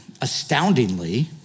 astoundingly